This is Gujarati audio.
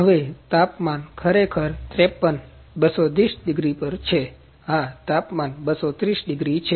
હવે તાપમાન ખરેખર 53 230 ડિગ્રી પર છે હા તાપમાન 230 ડિગ્રી છે